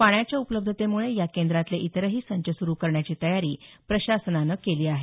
पाण्याच्या उपलब्धतेमुळे या केंद्रातले इतरही संच सुरु करण्याची तयारी प्रशासनानं केली आहे